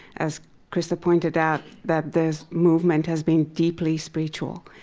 as krista pointed out, that this movement has been deeply spiritual.